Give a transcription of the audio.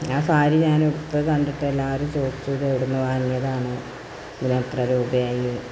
ആ സാരി ഞാനുടുത്ത് കണ്ടിട്ടെല്ലാവരും ചോദിച്ചു ഇത് എവിടുന്ന് വാങ്ങിയതാണ് ഇതിന് ഇത്ര രൂപ ആയി